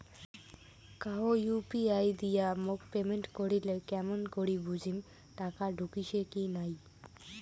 কাহো ইউ.পি.আই দিয়া মোক পেমেন্ট করিলে কেমন করি বুঝিম টাকা ঢুকিসে কি নাই?